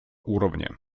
уровня